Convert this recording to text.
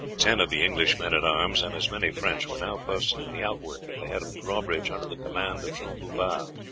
ten of the english men-at-arms, and as many french, were now posted in the outwork at the head of the drawbridge under the command of jean bouvard.